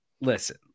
Listen